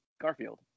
Garfield